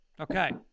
Okay